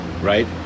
right